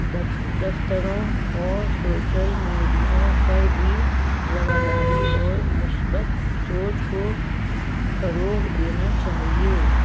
دف دفتروں اور شوشل میڈیاؤں پر بھی رواداری اور مثبت سوچ کو فروغ دینا چاہیے